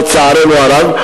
לצערנו הרב,